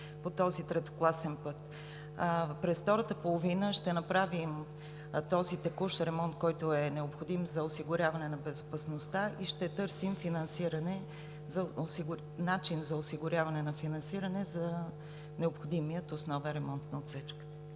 През втората половина на годината ще направим този текущ ремонт, необходим за осигуряване на безопасността и ще търсим начин за осигуряване на финансиране за необходимия основен ремонт на отсечката.